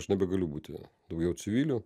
aš nebegaliu būti daugiau civiliu